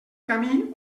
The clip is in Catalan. camí